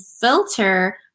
filter